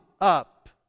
up